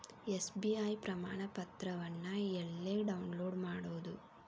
SBI ಪ್ರಮಾಣಪತ್ರವನ್ನ ಎಲ್ಲೆ download ಮಾಡೊದು?